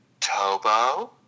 Tobo